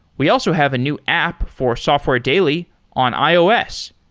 we also have a new app for software daily on ios.